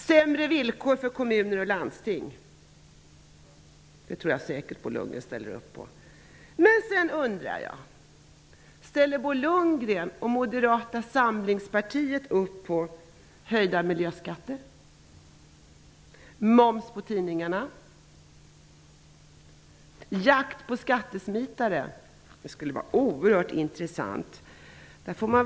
Sämre villkor för kommuner och landsting; det tror jag säkert att Bo Lundgren ställer upp på. Men jag undrar verkligen om Bo Lundgren och Moderata samlingspartiet ställer upp på resten av punkterna, t.ex. höjda miljöskatter, moms på tidningar, jakt på skattesmitare. Det skulle vara oerhört intressant att få höra.